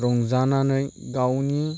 रंजानानै गावनि